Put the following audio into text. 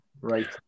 right